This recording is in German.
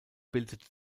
bildete